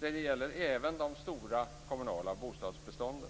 Detta gäller även de stora kommunala bostadsbestånden.